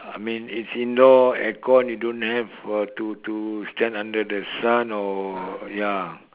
I mean it's indoor air con you don't have to to stand under the sun or ya